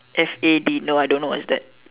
F A D no I don't know what is that